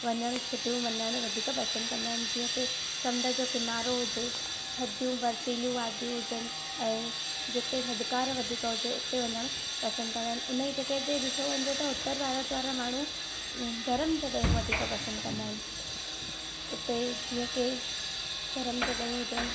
वञण छुटियूं मल्हाइणु वधीक पसंदि कंदा आहिनि जीअं की समुंड जो किनारो हुजे थधियूं बर्फीलियूं वादियूं हुजनि ऐं जिते थधिकार वधीक हुजे उते वञण पसंदि कंदा आहिनि हुनजी जॻह ते ॾिठो वञिजे त उत्तर भारत वारा माण्हू गरमु जॻहियूं वधीक पसंदि कंदा आहिनि उते जीअं के गरमु जॻहियूं हुजनि